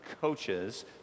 coaches